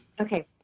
Okay